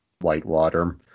Whitewater